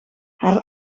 haar